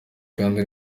kandi